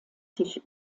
sich